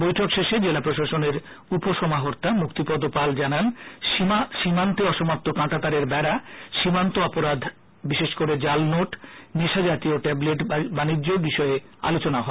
বৈঠক শেষে জেলা প্রশাসনের উপ সমাহর্তা মুক্তিপদ পাল জানান সীমান্তে অসমাপ্ত কাঁটাতারের বেডা সীমান্ত অপরাধ বিশেষ করে জাল নোট নেশা জাতীয় ট্যাবলেট বাণিজ্য এসব বিষয়ে আলোচনা হয়